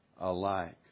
alike